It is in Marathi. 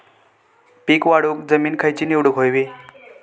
पीक वाढवूक जमीन खैची निवडुक हवी?